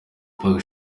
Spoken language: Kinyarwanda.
pac